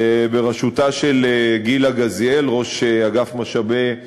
בראשותה של גילה גזיאל, ראש אגף משאבי אנוש,